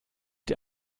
die